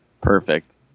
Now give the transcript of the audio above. Perfect